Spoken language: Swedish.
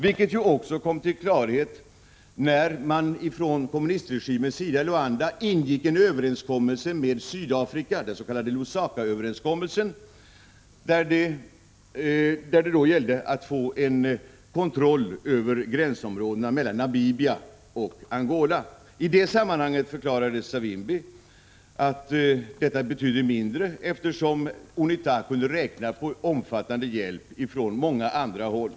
Detta framkom också när man från kommunistregimens sida i Luanda ingick en överenskommelse med Sydafrika, den s.k. Lusakaöverenskommelsen, där det gällde att få kontroll över gränsområdena mellan Namibia och Angola. I det sammanhanget förklarade Savimbi att det betydde mindre, eftersom UNITA kunde räkna med omfattande hjälp från många andra håll.